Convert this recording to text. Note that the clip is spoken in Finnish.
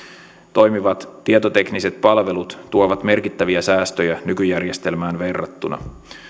toimivat tietotekniset palvelut tuovat merkittäviä säästöjä nykyjärjestelmään verrattuna